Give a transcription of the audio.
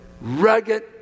rugged